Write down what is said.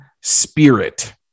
spirit